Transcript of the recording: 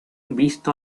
visto